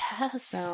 Yes